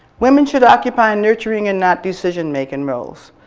women should occupy nurturing and not decision making roles.